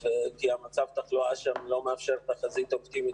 כי מצב התחלואה שם לא מאפשר תחזית אופטימית